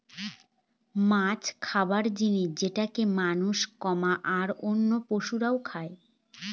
মাছ খাবার জিনিস যেটাকে মানুষ, আর অন্য পশুরা খাই